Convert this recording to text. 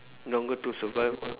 don't go to survival